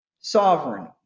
sovereign